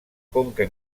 conca